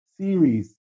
series